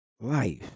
life